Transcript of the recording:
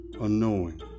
unknowing